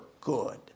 good